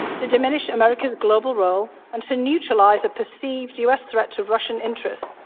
to diminish america's global role and to neutralize a perceived us threat to russian interests.